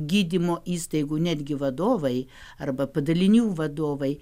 gydymo įstaigų netgi vadovai arba padalinių vadovai